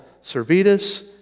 Servetus